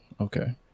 okay